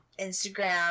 Instagram